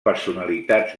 personalitats